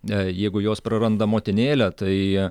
ee jeigu jos praranda motinėlę tai